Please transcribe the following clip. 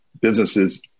businesses